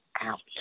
out